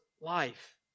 life